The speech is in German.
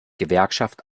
gewerkschaft